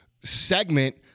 segment